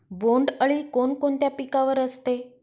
बोंडअळी कोणकोणत्या पिकावर असते?